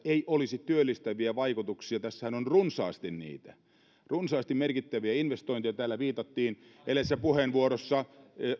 olisi työllistäviä vaikutuksia tässähän on runsaasti niitä runsaasti merkittäviä investointeja täällä viitattiin edellisessä puheenvuorossa